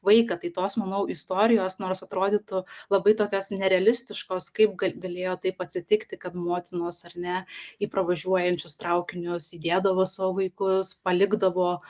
vaiką tai tos manau istorijos nors atrodytų labai tokios nerealistiškos kaip ga galėjo taip atsitikti kad motinos ar ne į pravažiuojančius traukinius įdėdavo savo vaikus palikdavo